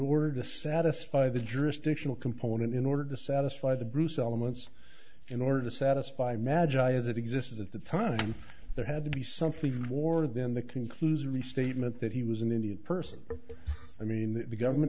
order to satisfy the jurisdictional component in order to satisfy the bruce elements in order to satisfy magill as it existed at the time there had to be something warded then the conclusion of the statement that he was an indian person i mean the government